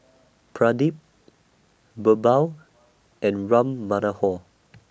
Pradip Birbal and Ram Manohar